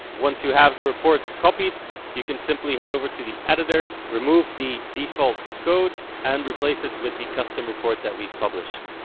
once you have the reports copied you can simply head over to the editor, remove the default code and replace it with the custom report that we've published.